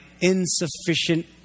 insufficient